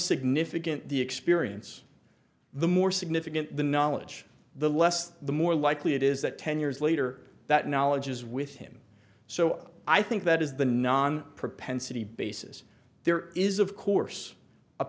significant the experience the more significant the knowledge the less the more likely it is that ten years later that knowledge is with him so i think that is the non propensity basis there is of course a